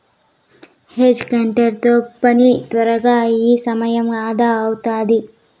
hedge cutter తో పని త్వరగా అయి సమయం అదా అవుతాది